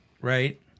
Right